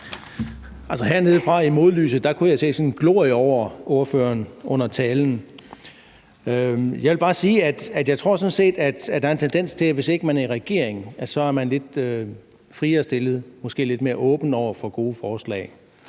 kunne jeg i modlyset se sådan en glorie over ordføreren under talen. Jeg vil bare sige, at jeg tror, at der er en tendens til, at hvis man ikke er i regering, så er man lidt friere stillet og måske lidt mere åben over for gode forslag.